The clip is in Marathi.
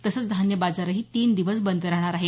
तसंच धान्य बाजारही तीन दिवस बंद राहणार आहे